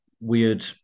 weird